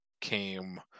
came